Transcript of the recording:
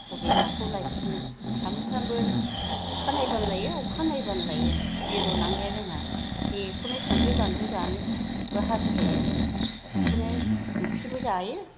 बबे नाखौ लायथ्र'नो सानफ्रामबो अखा नायब्लानो लायो अखा नायब्लानो लायो जिरनानो गैया जोंहा बेखौनो संख्रि बानलु जानोबो हास्थायो बेखौनो ओंख्रिबो जायो